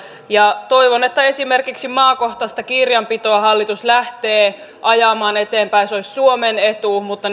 toivon että esimerkiksi maakohtaista kirjanpitoa hallitus lähtee ajamaan eteenpäin se olisi suomen etu mutta